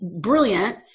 brilliant